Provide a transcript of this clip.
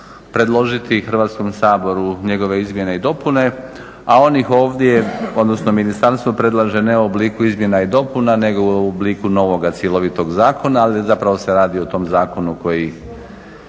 predložiti Hrvatskom saboru njegove izmjene i dopune a on ih ovdje, odnosno ministarstvo predlaže ne u obliku izmjena i dopuna nego u obliku novoga, cjelovitoga zakona. Ali zapravo se radi o tome zakonu koji